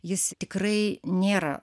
jis tikrai nėra